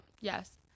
Yes